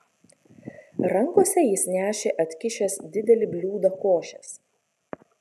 rankose jis nešė atkišęs didelį bliūdą košės